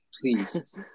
please